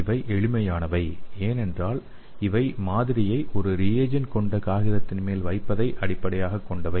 இவை எளிமையானவை ஏனென்றால் இவை மாதிரியை ஒரு ரியேஜண்ட் கொண்ட காகிதத்தில் மேல் வைப்பதை அடிப்படையாகக் கொண்டவை